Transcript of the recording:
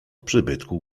przybytku